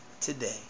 today